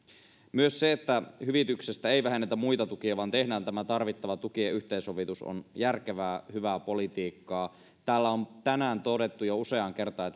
myös se että hyvityksestä ei vähennetä muita tukia vaan tehdään tämä tarvittava tukien yhteensovitus on järkevää hyvää politiikkaa täällä on tänään todettu jo useaan kertaan